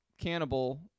cannibal